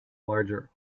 larger